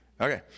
Okay